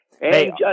Hey